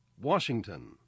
Washington